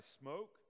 smoke